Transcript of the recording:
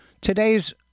Today's